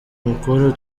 mukuru